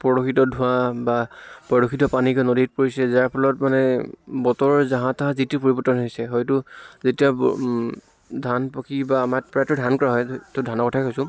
প্ৰদূষিত ধোঁৱা বা প্ৰদূষিত পানী গৈ নদীত পৰিছে যাৰ ফলত মানে বতৰৰ জাহা তাহা যি টি পৰিৱৰ্তন হৈছে হয়তো যেতিয়া ব ধান পকি বা আমাৰ প্ৰায়টো ধান কৰা হয় ত' ধানৰ কথায়ে কৈছোঁ